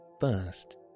first